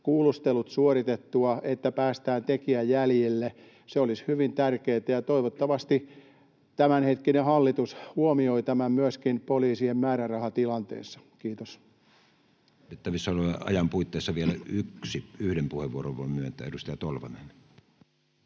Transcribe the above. kuulustelut suoritettua, että päästään tekijän jäljelle, sen parempi. Se olisi hyvin tärkeätä. Ja toivottavasti tämänhetkinen hallitus huomioi tämän myöskin poliisien määrärahatilanteessa. — Kiitos. Käytettävissä olevan ajan puitteissa voin myöntää vielä